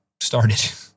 started